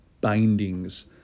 bindings